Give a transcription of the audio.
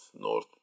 north